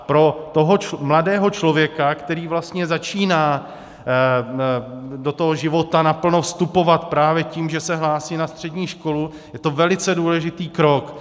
Pro toho mladého člověka, který vlastně začíná do života naplno vstupovat právě tím, že se hlásí na střední školu, je to velice důležitý krok.